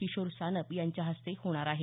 किशोर सानप यांच्या हस्ते होणार आहे